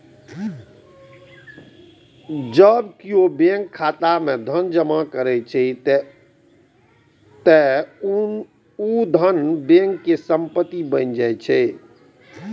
जब केओ बैंक खाता मे धन जमा करै छै, ते ऊ धन बैंक के संपत्ति बनि जाइ छै